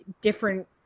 different